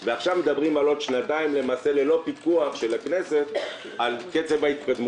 ועכשיו מדברים על עוד שנתיים למעשה ללא פיקוח של הכנסת על קצב ההתקדמות.